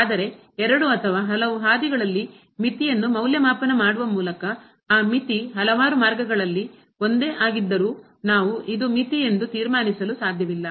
ಆದರೆ ಎರಡು ಅಥವಾ ಹಲವು ಹಾದಿಗಳಲ್ಲಿ ಮಿತಿಯನ್ನು ಮೌಲ್ಯಮಾಪನ ಮಾಡುವ ಮೂಲಕ ಆ ಮಿತಿ ಹಲವಾರು ಮಾರ್ಗಗಳಲ್ಲಿ ಒಂದೇ ಆಗಿದ್ದರೂ ನಾವು ಇದು ಮಿತಿ ಎಂದು ತೀರ್ಮಾನಿಸಲು ಸಾಧ್ಯವಿಲ್ಲ